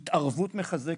התערבות מחזקת,